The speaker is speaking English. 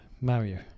Mario